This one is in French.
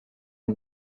mon